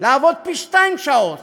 לעבוד פי-שניים שעות